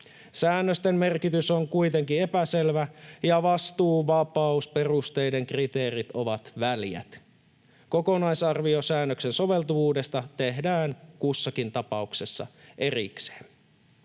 Säännösten merkitys on kuitenkin epäselvä, ja vastuuvapausperusteiden kriteerit ovat väljät. Kokonaisarvio säännöksen soveltuvuudesta tehdään kussakin tapauksessa erikseen.